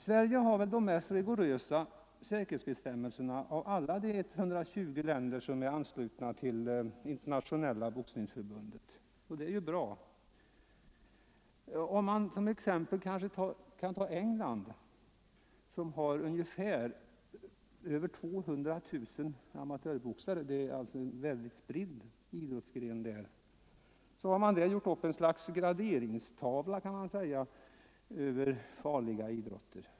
Sverige har väl de mest rigorösa säkerhetsbestämmelserna av alla de 120 länder som är anslutna till det internationella boxningsförbundet, och det är ju bra. I t.ex. England som har över 200 000 amatörboxare — boxningen är en mycket spridd idrottsgren där — har man gjort upp ett slags graderingstavla över farliga idrotter.